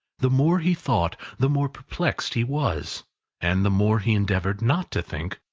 the more he thought, the more perplexed he was and the more he endeavoured not to think,